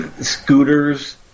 Scooters